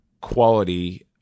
quality